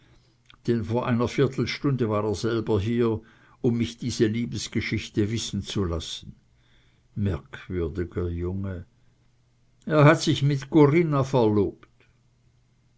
vor einer viertelstunde war er selber hier um mich diese liebesgeschichte wissen zu lassen merkwürdiger junge er hat sich mit corinna verlobt